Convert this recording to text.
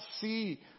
see